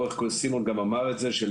סימון גם אמר את זה,